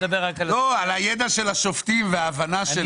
על הידע של השופטים וההבנה שלהם.